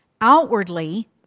Outwardly